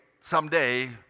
someday